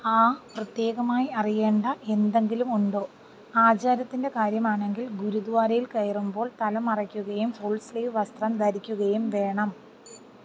ആ പ്രത്യേകമായി അറിയേണ്ട എന്തെങ്കിലും ഉണ്ടോ ആചാരത്തിൻ്റെ കാര്യമാണെങ്കിൽ ഗുരുദ്വാരയിൽ കയറുമ്പോൾ തല മറയ്ക്കുകയും ഫുൾ സ്ലീവ് വസ്ത്രം ധരിക്കുകയും വേണം